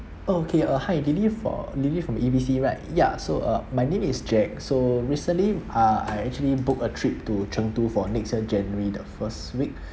okay uh hi lily for lily from A B C right ya so uh my name is jack so recently uh I actually book a trip to chengdu for next year january the first week